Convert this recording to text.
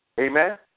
Amen